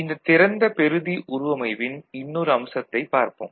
இந்த திறந்த பெறுதி உருவமைவின் இன்னொரு அம்சத்தைப் பார்ப்போம்